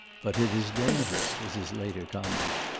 but it is dangerous, was his later comment.